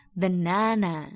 banana